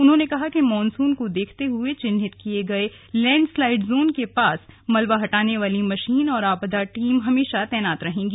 उन्होंने कहा कि मॉनसून को देखते हुए चिन्हित किये गए लैंडस्लाइड जोन के पास मलबा हटाने वाली मशीन और आपदा टीम हमेशा तैनात रहेंगी